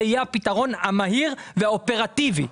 זה יהיה הפתרון המהיר והאופרטיבי.